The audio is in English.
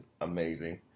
Amazing